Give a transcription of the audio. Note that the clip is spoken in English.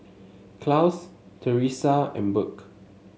Claus Teresa and Burk